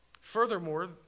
Furthermore